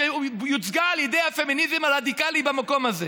שיוצגה על ידי הפמיניזם הרדיקלי במקום הזה.